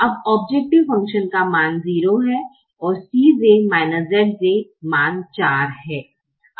अब objective function का मान 0 है और Cj Zj मान 4 हैं